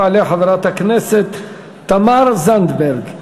תעלה חברת הכנסת תמר זנדברג,